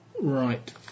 Right